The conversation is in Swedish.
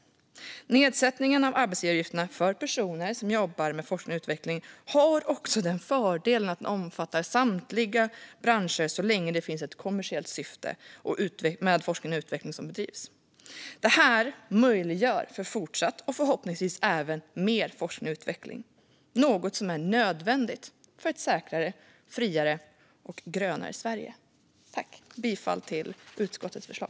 Nedsättningen av arbetsgivaravgifterna för personer som jobbar med forskning och utveckling har också den fördelen att den omfattar samtliga branscher så länge det finns ett kommersiellt syfte med den forskning och utveckling som bedrivs. Detta möjliggör för fortsatt och förhoppningsvis även mer forskning och utveckling. Det är något som är nödvändigt för ett säkrare, friare och grönare Sverige. Jag yrkar bifall till utskottets förslag.